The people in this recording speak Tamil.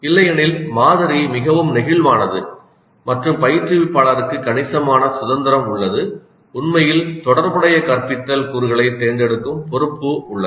இல்லையெனில் மாதிரி மிகவும் நெகிழ்வானது மற்றும் பயிற்றுவிப்பாளருக்கு கணிசமான சுதந்திரம் உள்ளது உண்மையில் தொடர்புடைய கற்பித்தல் கூறுகளைத் தேர்ந்தெடுக்கும் பொறுப்பு உள்ளது